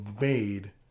made